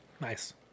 Nice